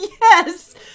Yes